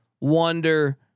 wonder